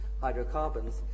hydrocarbons